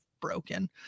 broken